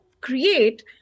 create